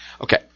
Okay